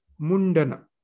Mundana